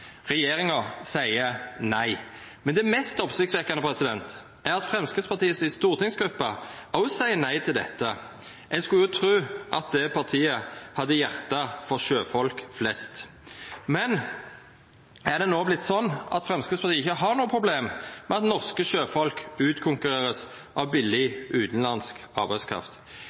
Regjeringa seier nei. Men det mest oppsiktsvekkjande er at Framstegspartiet si stortingsgruppe òg seier nei til dette. Ein skulle tru at det partiet hadde hjarte for sjøfolk flest. Har det no vorte slik at Framstegspartiet ikkje har problem med at norske sjøfolk vert utkonkurrerte av billig utanlandsk arbeidskraft?